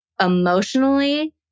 emotionally